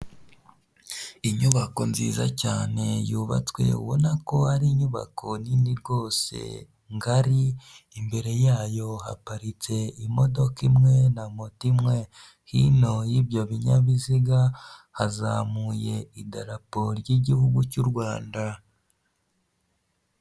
Iyubako nziza cyane yubatswe ubona ko ari inyubako nini rwose ngari, imbere yayo haparitse imodoka imwe na moto imwe hino y'ibyo binyabiziga hazamuye idarapo ry'igihugu cy'u rwanda.